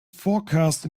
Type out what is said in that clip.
forecast